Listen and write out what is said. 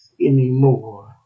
anymore